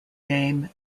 game